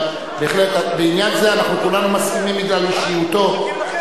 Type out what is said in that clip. אבל בהחלט, בעניין זה כולנו מסכימים בגלל אישיותו.